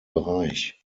bereich